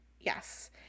Yes